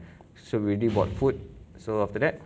so we already bought food so after that